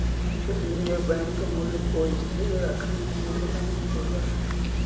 केन्द्रीय बैंक मूल्य को स्थिर रखने में योगदान देवअ हई